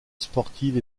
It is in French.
sportive